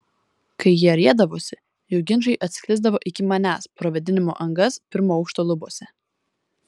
kai jie riedavosi jų ginčai atsklisdavo iki manęs pro vėdinimo angas pirmo aukšto lubose